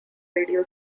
radio